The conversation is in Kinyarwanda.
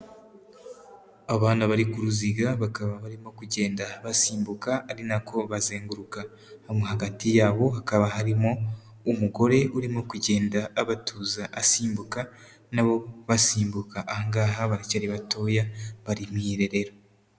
Abana bari ku ruziga bakaba barimo kugenda basimbuka ari nako bazenguruka, bamwe hagati yabo hakaba harimo umugore urimo kugenda abatuza asimbuka nabo basimbuka, aha ngaha baracyari batoya bari mu irerera.